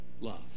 Love